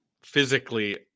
physically